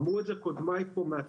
אמרו את זה קודמיי מהתיירות,